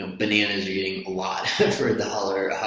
um bananas you're getting a lot for a dollar